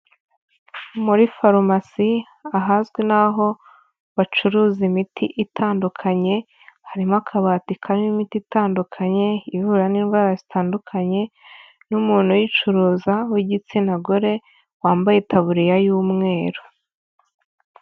Muri farumasi ahazwi n'aho bacuruza imiti itandukanye, harimo akabati karimo imiti itandukanye, ivura n'indwara zitandukanye n'umuntu uyicuruza w'igitsina gore, wambaye itaburiya y'umweru.